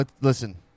listen